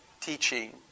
teaching